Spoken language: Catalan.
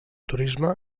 turisme